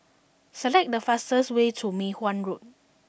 select the fastest way to Mei Hwan Road